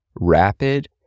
rapid